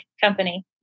company